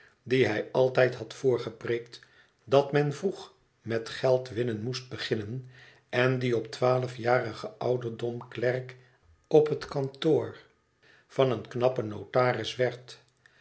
dien hij altijd had voorgepreekt dat men vroeg met geldwinnen moest beginnen en die op twaalfjarigen ouderdom klerk op het kantoor van een knappen notaris werd